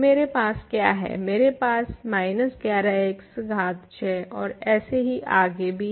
तो मेरे पास क्या है 11x घात 6 और इसी प्रकार से